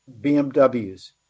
BMWs